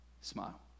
smile